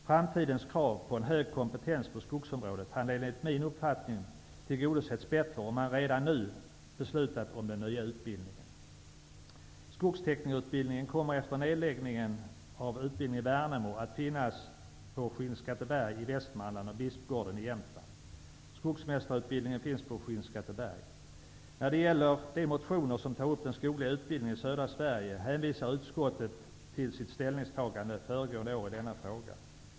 Framtidens krav på en hög kompetens på skogsområdet hade enligt min uppfattning tillgodosetts bättre om man redan nu beslutat om den nya utbildningen. Skogsteknikerutbildningen kommer efter nedläggningen av utbildningen i Värnamo att finnas på Skinnskatteberg i Västmanland och Bispgården i Jämtland. Skogsmästarutbildningen finns på Skinnskatteberg. När det gäller de motioner där den skogliga utbildningen i södra Sverige tas upp hänvisar utskottet till sitt ställningstagande föregående år i denna fråga.